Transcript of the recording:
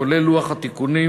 כולל לוח התיקונים,